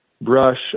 brush